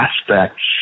aspects